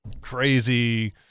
crazy